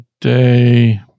day